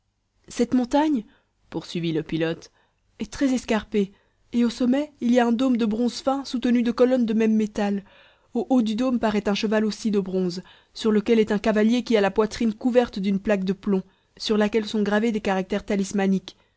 cette montagne poursuivit le pilote est très escarpée et au sommet il y a un dôme de bronze fin soutenu de colonnes de même métal au haut du dôme paraît un cheval aussi de bronze sur lequel est un cavalier qui a la poitrine couverte d'une plaque de plomb sur laquelle sont gravés des caractères talismaniques